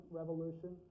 revolution